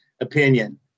opinion